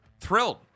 thrilled